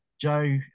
Joe